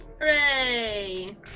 Hooray